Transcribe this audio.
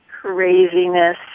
craziness